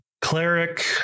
cleric